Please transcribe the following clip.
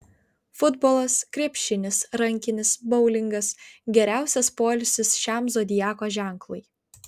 futbolas krepšinis rankinis boulingas geriausias poilsis šiam zodiako ženklui